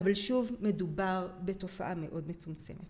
אבל שוב מדובר בתופעה מאוד מצומצמת.